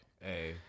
Hey